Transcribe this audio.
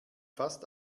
fast